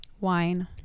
Wine